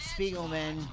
Spiegelman